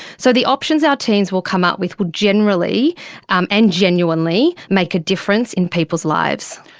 so the options our teams will come up with will generally um and genuinely make a difference in people's lives.